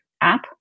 app